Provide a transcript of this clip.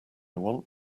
want